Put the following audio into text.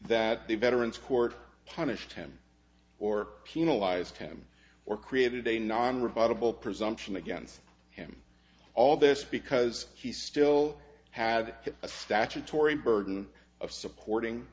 that the veterans court punished him or penalized him or created a non rebuttable presumption against him all this because he still had a statutory burden of supporting